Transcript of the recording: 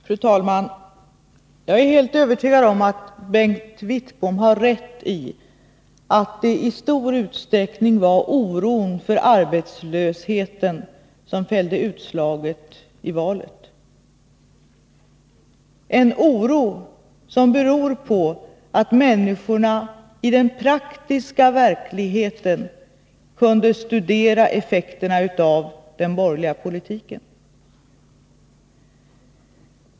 Fru talman! Jag är helt övertygad om att Bengt Wittbom har rätt i att det i stor utsträckning var oron för arbetslösheten som fällde utslaget i valet — en oro som berodde på att människorna i den praktiska verkligheten kunde studera effekterna av den borgerliga politiken.